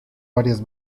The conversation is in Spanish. varias